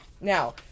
Now